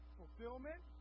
fulfillment